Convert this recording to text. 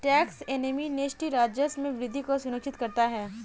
tax amnesty राजस्व में वृद्धि को सुनिश्चित करता है